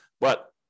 But-